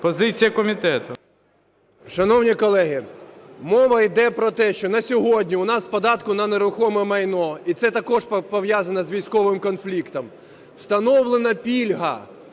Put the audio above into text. ГЕТМАНЦЕВ Д.О. Шановні колеги, мова йде про те, що на сьогодні у нас в податку на нерухоме майно, і це також пов'язано з військовим конфліктом, встановлена пільга